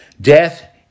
Death